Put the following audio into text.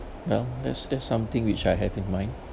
well that's that's something which I have in mind